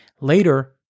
later